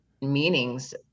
meanings